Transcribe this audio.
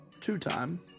two-time